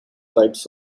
types